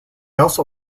also